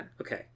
Okay